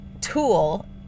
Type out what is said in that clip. tool